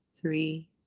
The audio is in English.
three